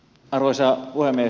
arvoisa puhemies